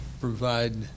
provide